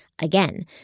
Again